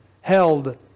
held